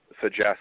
suggest